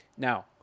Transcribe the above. Now